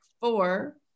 four